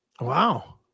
Wow